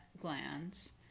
glands